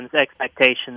expectations